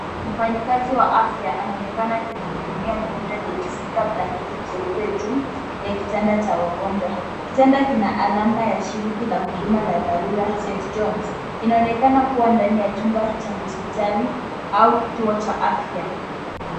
Mfanyikazi wa afya anaonekana akimhudumia mgonjwa aliyejifunika blanketi jeupe juu ya kitanda cha wagonjwa. Kitanda kina alama ya shiriki la huduma la dharura St. Johnes. Inaonekana kuwa ndani ya chumba cha hospitali au kituo cha afya.